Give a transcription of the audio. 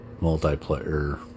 multiplayer